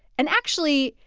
and actually,